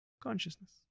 Consciousness